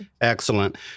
Excellent